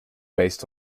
based